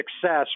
success